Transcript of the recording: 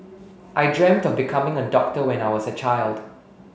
I dreamt of becoming a doctor when I was a child